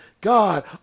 God